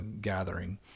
gathering